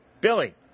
Billy